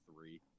three